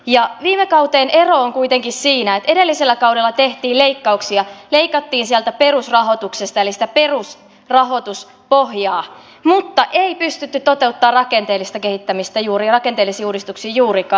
viime kauteen ero on kuitenkin siinä että edellisellä kaudella tehtiin leikkauksia leikattiin sieltä perusrahoituksesta eli sitä perusrahoituspohjaa mutta ei pystytty toteuttamaan rakenteellista kehittämistä rakenteellisia uudistuksia juurikaan